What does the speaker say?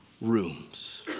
rooms